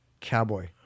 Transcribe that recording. Cowboy